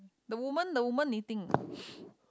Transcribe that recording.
the woman the woman knitting